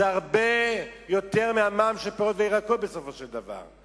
זה הרבה יותר מהמע"מ על פירות וירקות בסופו של דבר.